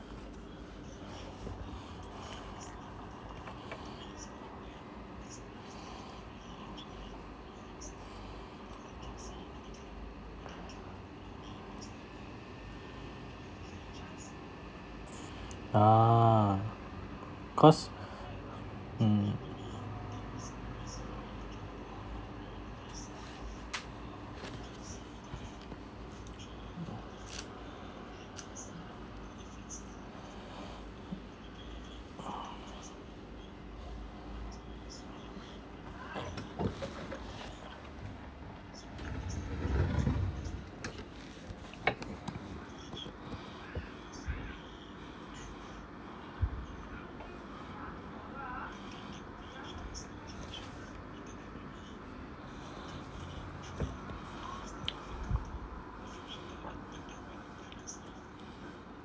a'ah cause mm